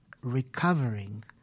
recovering